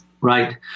Right